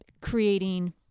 creating